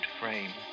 frame